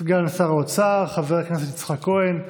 לסגן שר האוצר חבר הכנסת יצחק כהן.